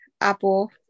Apple